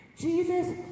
jesus